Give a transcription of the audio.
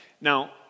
now